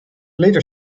later